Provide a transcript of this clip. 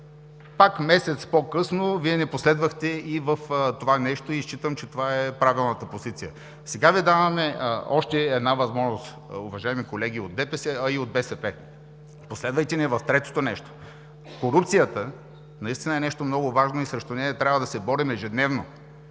Пак месец по-късно Вие ни последвахте и в това нещо и считам, че това е правилната позиция. Сега Ви даваме още една възможност, уважаеми колеги от ДПС, а и от БСП. Последвайте ни и в третото нещо. Корупцията наистина е нещо много важно и срещу нея трябва да се борим ежедневно.